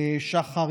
שחר,